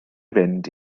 fynd